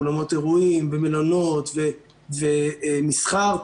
אולמות אירועים ומלונות ומסחר,